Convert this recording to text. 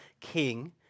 king